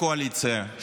הקואליציה,